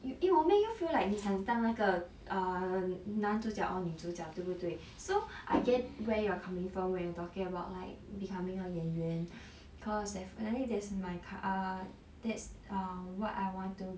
it'll will make you feel like 你想当那个 err 男主角 or 女主角对不对 so I get where you're coming from when you talking about like becoming a 演员 cause definitely that's my cur~ that's err what I want to